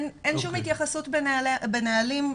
אין שום התייחסות בנהלים,